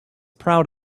proud